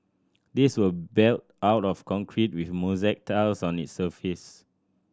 these were built out of concrete with mosaic tiles on its surface